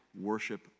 worship